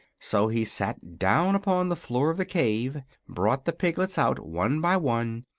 so he sat down upon the floor of the cave, brought the piglets out one by one,